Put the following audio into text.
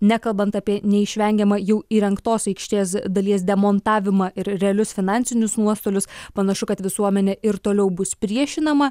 nekalbant apie neišvengiamą jau įrengtos aikštės dalies demontavimą ir realius finansinius nuostolius panašu kad visuomenė ir toliau bus priešinama